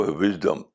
wisdom